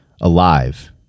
alive